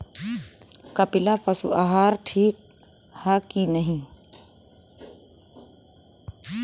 कपिला पशु आहार ठीक ह कि नाही?